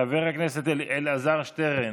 חבר הכנסת אלעזר שטרן.